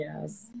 Yes